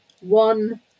one